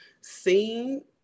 seeing